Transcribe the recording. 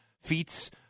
feats